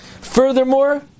Furthermore